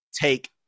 take